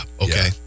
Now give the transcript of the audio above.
okay